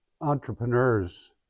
entrepreneurs